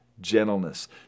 gentleness